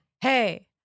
hey